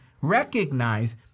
recognize